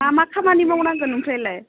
मा मा खामानि मावनांगोन ओमफ्रायलाय